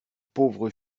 pauvre